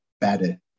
better